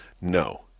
No